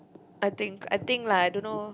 I think I think lah I don't know